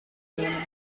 nehmen